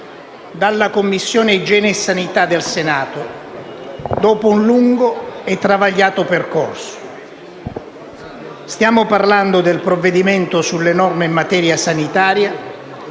dalla Commissione igiene e sanità del Senato, dopo un lungo e travagliato percorso. Stiamo parlando del provvedimento in materia sanitaria,